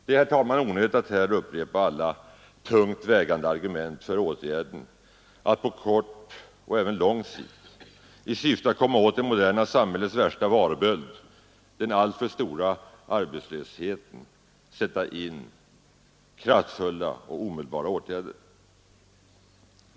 Det är, herr talman, onödigt att här upprepa alla tungt vägande argument för att på kort och även lång sikt i syfte att komma åt det moderna samhällets värsta varböld, den alltför stora arbetslösheten, sätta in kraftfulla och omedelbara åtgärder.